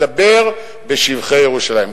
מדבר בשבחי ירושלים.